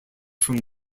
from